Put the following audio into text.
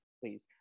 please